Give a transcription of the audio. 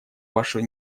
ваши